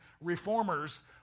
reformers